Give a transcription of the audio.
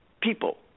People